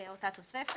אותה תוספת,